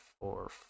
four